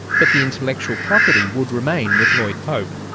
but the intellectual property would remain with lloyd pope.